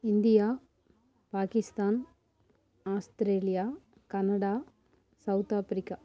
India Pakistan Australia Canada South Africa